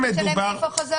מה זה משנה מאיפה חזרת.